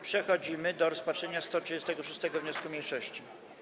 Przechodzimy do rozpatrzenia 136. wniosku mniejszości.